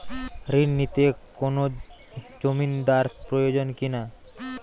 ঋণ নিতে কোনো জমিন্দার প্রয়োজন কি না?